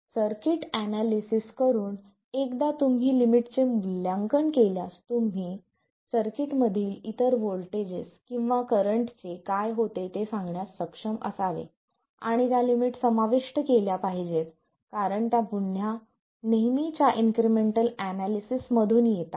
circuit analysis करून एकदा तुम्ही लिमिटचे मूल्यांकन केल्यास तुम्ही सर्किटमधील इतर व्होल्टेज किंवा करंटचे काय होते ते सांगण्यास सक्षम असावे आणि त्या लिमिट समाविष्ट केल्या पाहिजेत कारण त्या पुन्हा नेहमीच्या इन्क्रिमेंटल एनालिसिस मधून येतात